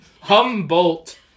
Humboldt